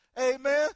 amen